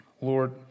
Lord